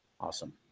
awesome